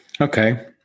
Okay